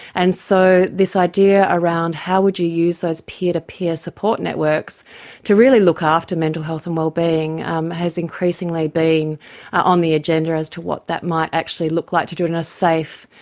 and so this idea around how would you use those peer-to-peer support networks to really look after mental health and wellbeing has increasingly been on the agenda as to what that might actually look like, to do it in a safe,